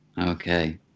okay